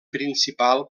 principal